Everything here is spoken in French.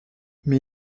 mais